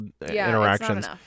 interactions